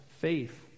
faith